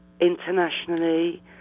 internationally